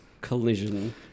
collision